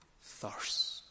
thirst